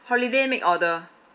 holiday make order